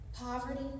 poverty